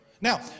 now